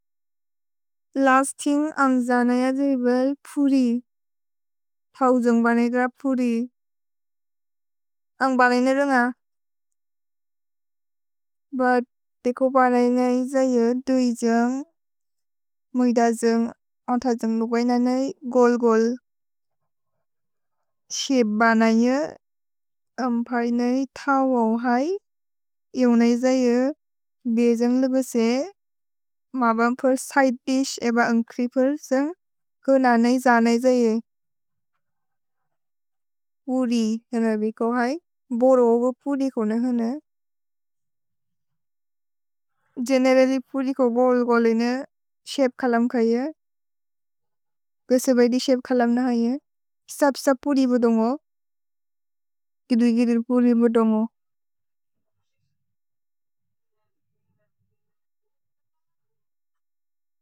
Last thing अन्ग् जनेअ द्जेबेल् पुरि। थव् जुन्ग् बने ग्रप् पुरि। अन्ग् बने नेरुन्ग। भुत् तेको बने न्गै जये दुइ जुन्ग्, मुइद जुन्ग्, अन्थ जुन्ग् नुक्वैननेइ गोल्-गोल्। शपे बने न्गै यु, अन्ग् प्रए नै थ वव् है, यु नै जये, बे जुन्ग् लुबेसे, मबम् प्रए सिदे दिश् एब अन्ग्क्रि प्रए जुन्ग्, गोल्-ननेइ जनेइ जये, पुरि। हिन बेको है। भोलो ओगो पुरि को न हिन। गेनेरल्ल्य्, पुरि को बोल्-गोलेने, शपे कलम् ख यु। गोसे बैदि शपे कलम् न है यु। सब्-सब् पुरि बुदोन्गो। किदु-किदु पुरि बुदोन्गो।